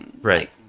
right